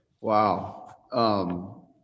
Wow